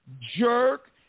jerk